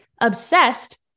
obsessed